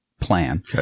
plan